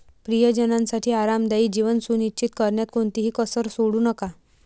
प्रियजनांसाठी आरामदायी जीवन सुनिश्चित करण्यात कोणतीही कसर सोडू नका